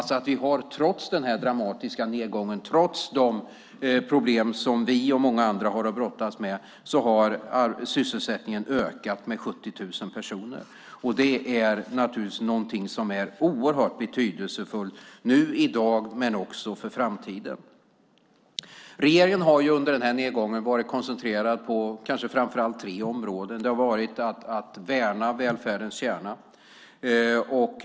Trots den dramatiska nedgången och de problem som vi och många andra har att brottas med har sysselsättningen alltså ökat med 70 000 personer. Det är naturligtvis oerhört betydelsefullt i dag och för framtiden. Regeringen har under den här nedgången varit koncentrerad på framför allt tre områden. Det har varit att värna välfärdens kärna.